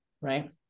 right